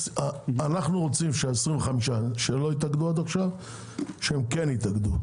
אנחנו רוצים שה-25 שלא התאגדו עד עכשיו - שכן יתאגדו.